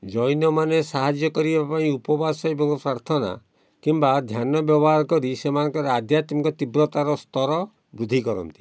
ଜୈନମାନେ ସାହାଯ୍ୟ କରିବା ପାଇଁ ଉପବାସ ଏବଂ ପ୍ରାର୍ଥନା କିମ୍ବା ଧ୍ୟାନ ବ୍ୟବହାର କରି ସେମାନଙ୍କର ଆଧ୍ୟାତ୍ମିକ ତୀବ୍ରତାର ସ୍ତର ବୃଦ୍ଧି କରନ୍ତି